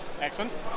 excellent